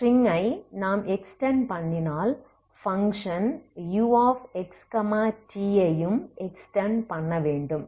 string ஐ நாம் extend பண்ணினால்பங்க்ஷன்uxtஐயும் எக்ஸ்டெண்ட் பண்ண வேண்டும்